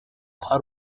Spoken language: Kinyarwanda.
kwa